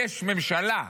יש ממשלה,